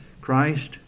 Christ